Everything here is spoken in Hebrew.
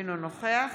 אינו נוכח